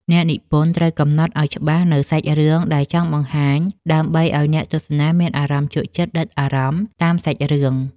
អ្នកនិពន្ធត្រូវកំណត់ឱ្យច្បាស់នូវសាច់រឿងដែលចង់បង្ហាញដើម្បីឱ្យអ្នកទស្សនាមានអារម្មណ៍ជក់ចិត្តដិតអារម្មណ៍តាមសាច់រឿង។